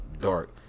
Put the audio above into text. dark